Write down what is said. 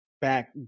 back